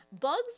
bugs